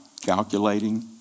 Calculating